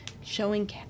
showing